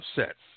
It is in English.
upsets